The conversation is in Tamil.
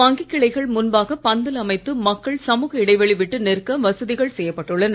வங்கி கிளைகள் முன்பாக பந்தல் அமைத்து மக்கள் சமூக இடைவெளி விட்டு நிற்க வசதிகள் செய்யப்பட்டுள்ளன